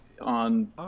on